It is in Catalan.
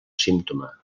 símptoma